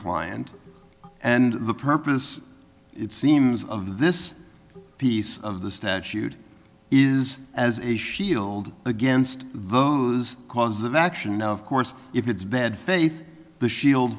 client and the purpose it seems of this piece of the statute is as a shield against those causes of action and of course if it's bad faith the shield